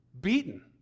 beaten